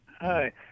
Hi